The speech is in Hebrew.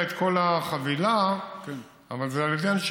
ילדים,